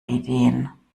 ideen